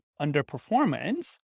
underperformance